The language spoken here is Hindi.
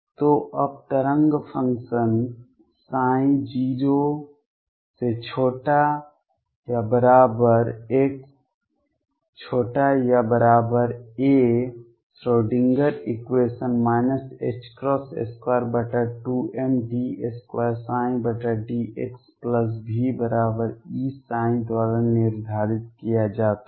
तो अब तरंग function 0≤x≤a Schrodinger equation 22md2dxVEψ द्वारा निर्धारित किया जाता है